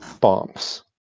bombs